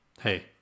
Hey